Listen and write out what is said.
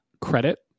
credit